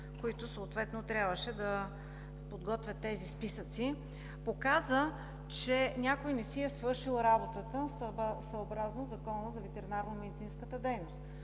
които съответно трябваше да подготвят тези списъци, показа, че някой не си е свършил работата съобразно Закона за ветеринарномедицинската дейност.